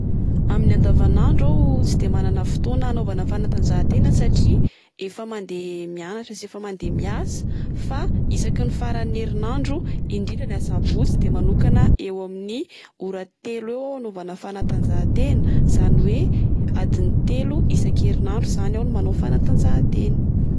Amin'ny andavanandro aho tsy dia manana fotoana anaovana fanatanjahatena. Satria efa mandeha mianatra sy efa mandeha miasa. Fa isaky ny faran'ny erinandro, indrindra ny asabotsy, de manokana eo amin'ny ora telo eo anaovana fanatanjahatena. Izany hoe adiny telo isak'erinadro izany aho no manao fanatanjahatena.